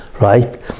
right